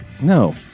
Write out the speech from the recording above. No